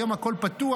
היום הכול פתוח,